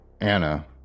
Anna